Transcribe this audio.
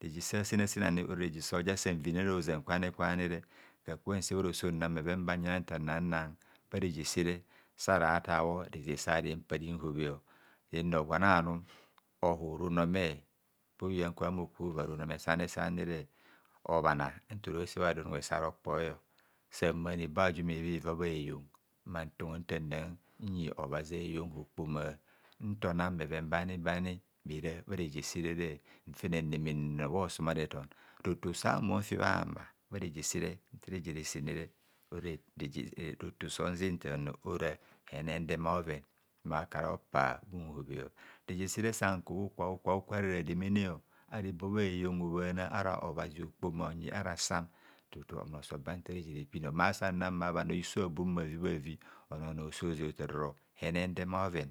rejesa senasen ani ora sa nsan vinene ara hozam kwanikwani re nka nsebharoso nnam bheven ban yina ntanana bha reje sere sara tabho reze sa repa rinhobhe rinro gwan anum ohu runome bha uyan kwo ko va ranume sanisanire. Obhana ntoro se bha don unwe sa rokpoi san bhana ibo ajum iviva bha eyon mmantama ntana nyi obhazi gwoku bha heyon okpoma ntona bheven bani bani bhera bhareje sere. Nfene nneme ne nnor bha osumare ton roto sa'ame unfi bhama bhareje sere nta reje resene re ora roto san zen ntanor ora hene ndeme a'bhoven makara bhopa bhunhobhe reje sere san ku bhukwa bhukwa ara rademene ara ibo bhahe yon obhana ara obhazi okpoma onyi ara sam tutu mmoso ba nfa reje repin. Ma san nang bhanor a'hiso abum bhavibhavi onornor so ze otaro hene ndeme bhoven.